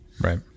Right